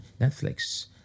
Netflix